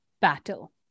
battle